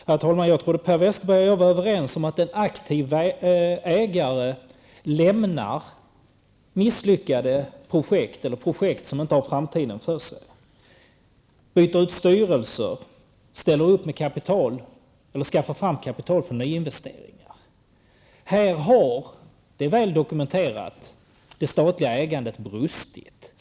Herr talman! Jag trodde att Per Westerberg och jag var överens om att en aktiv ägare lämnar misslyckade projekt eller projekt som inte har framtiden för sig. En sådan ägare byter ut styrelser och skaffar fram kapital för nya investeringar. Här har -- det är mycket väl dokumenterat -- det statliga ägandet brustit.